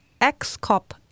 ex-cop